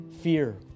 fear